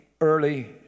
early